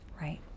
Right